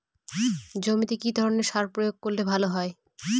জমিতে কি ধরনের সার প্রয়োগ করলে ভালো হয়?